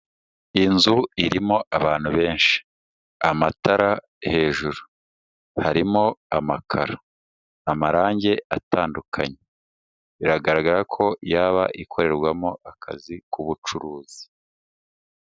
Iyi nzu irimo abantu benshi, amatara hejuru, harimo amakaro, amarangi atandukanye, biragaragara ko yaba ikorerwamo akazi k'ubucuruzi.